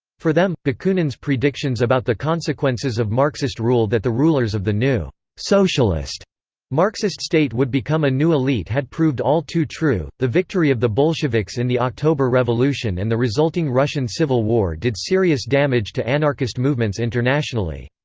for them, bakunin's predictions about the consequences of marxist rule that the rulers of the new socialist marxist state would become a new elite had proved all too true the victory of the bolsheviks in the october revolution and the resulting russian civil war did serious damage to anarchist movements internationally.